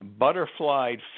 butterflied